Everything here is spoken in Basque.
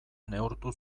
neurtu